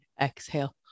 Exhale